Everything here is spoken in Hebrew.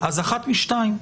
אחת משתיים,